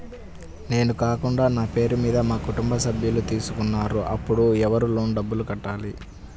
నేను కాకుండా నా పేరు మీద మా కుటుంబ సభ్యులు తీసుకున్నారు అప్పుడు ఎవరు లోన్ డబ్బులు కట్టాలి?